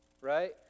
Right